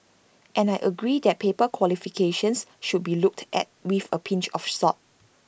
and I agree that paper qualifications should be looked at with A pinch of salt